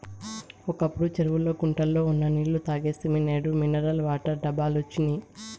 ఒకప్పుడు చెరువుల్లో గుంటల్లో ఉన్న నీళ్ళు తాగేస్తిమి నేడు మినరల్ వాటర్ డబ్బాలొచ్చినియ్